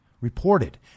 reported